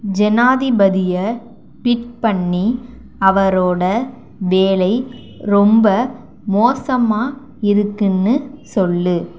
ஜனாதிபதியை ட்வீட் பண்ணி அவரோட வேலை ரொம்ப மோசமாக இருக்குன்னு சொல்